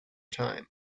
time